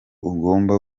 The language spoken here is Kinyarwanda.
ugomba